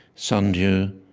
sundew,